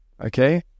okay